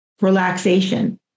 Relaxation